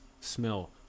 smell